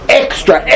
extra